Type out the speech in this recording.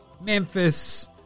Memphis